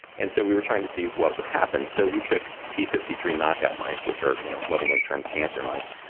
and so we were trying to see what would happen. so we took p five three knockout mice, which are you know lovingly termed cancer mice.